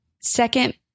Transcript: second